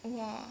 !wah!